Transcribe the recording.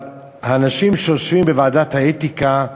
אבל האנשים שיושבים בוועדת האתיקה,